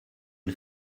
une